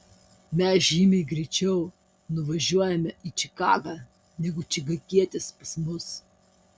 mes žymiai greičiau nuvažiuojame į čikagą negu čikagietis pas mus